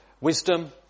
wisdom